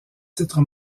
titre